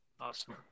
awesome